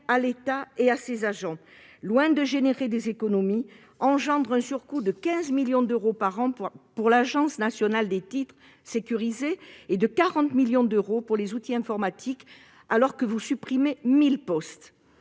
à l'État et à ses agents, loin de générer des économies, engendre un surcoût de 15 millions d'euros par an pour l'Agence nationale des titres sécurisés (ANTS) et de 40 millions d'euros en outils informatiques, quand vous supprimez 1 000 postes.